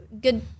good